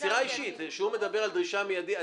הדרישה מידית.